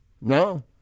No